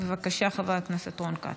בבקשה, חבר הכנסת רון כץ,